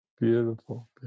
Beautiful